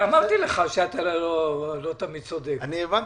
ינון אזולאי, אמרתי לך שאתה לא תמיד צודק.